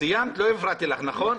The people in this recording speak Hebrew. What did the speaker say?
לא הפרעתי לך, נכון?